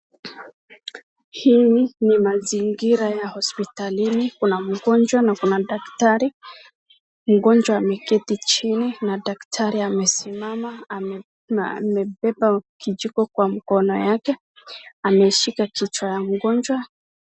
Hii ni mazingira ya hospitalini kuna mgonjwa na kuna daktari. Mgonjwa ameketi chini na daktari amesimama na amebeba kijiko kwa mkono wake, ameshika kichwa ya mgonjwa.